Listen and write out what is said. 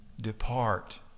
depart